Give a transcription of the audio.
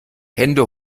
hände